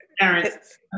parents